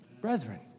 Brethren